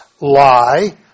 lie